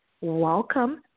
Welcome